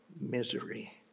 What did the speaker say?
misery